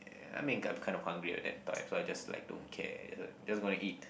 I mean I kind of hungry at that time so I just like don't care you know just gonna eat